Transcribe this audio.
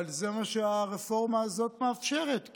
אבל זה מה שהרפורמה הזאת מאפשרת,